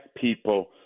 people